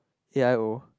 A I O